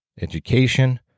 education